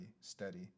steady